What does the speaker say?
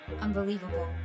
Unbelievable